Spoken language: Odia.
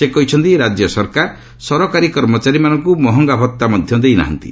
ସେ କହିଛନ୍ତି ରାଜ୍ୟ ସରକାର ସରକାରୀ କର୍ମଚାରୀମାନଙ୍କୁ ମହଙ୍ଗା ଭଉା ମଧ୍ୟ ଦେଉନାହାନ୍ତି